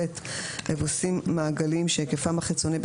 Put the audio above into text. אבוסים מעגליים שהיקפם החיצונית,